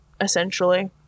essentially